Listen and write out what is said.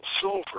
silver